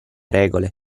regole